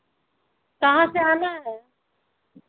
कहाँ से आना है